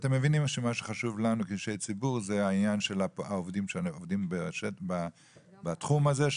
אתם מבינים שמה שחשוב לנו כאנשי ציבור זה העניין של העובדים בתחום הזה,